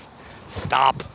stop